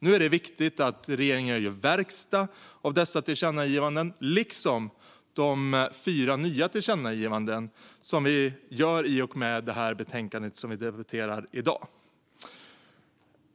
Nu är det viktigt att regeringen gör verkstad av dessa tillkännagivanden liksom de fyra nya som vi föreslår i det betänkande vi debatterar i dag.